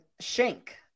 Shank